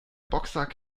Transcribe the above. boxsack